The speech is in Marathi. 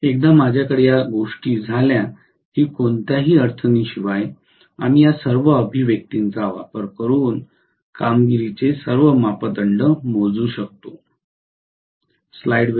एकदा माझ्याकडे या गोष्टी झाल्या की कोणत्याही अडचणीशिवाय आम्ही या सर्व अभिव्यक्तींचा वापर करून कामगिरीचे सर्व मापदंड मोजू शकतो